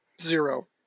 Zero